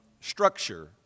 structure